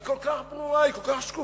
היא כל כך ברורה, היא כל כך שקופה.